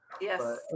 Yes